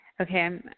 Okay